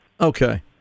okay